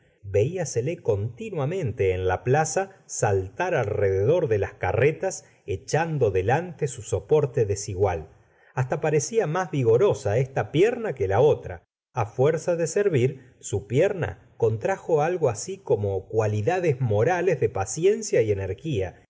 ciervo velasele continuamente en la plaza saltar alrededor de las carretas echando delante su soporte desigual hasta parecía más vigorosa esta pierna que la otra ii fuerza de servir su pierna contrajo algo así como cualidades morales de paciencia y energía